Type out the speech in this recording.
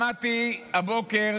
שמעתי הבוקר